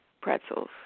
pretzels